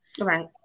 Right